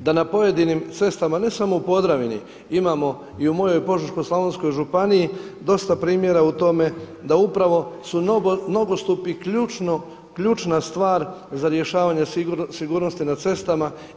da na pojedinim cestama ne samo u Podravini imamo i u mojoj Požeško-slavonskoj županiji dosta primjera u tome da su nogostupi ključna stvar za rješavanje sigurnosti na cestama.